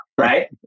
right